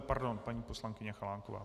Pardon, paní poslankyně Chalánková.